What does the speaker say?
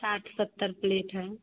साठ सत्तर प्लेट हैं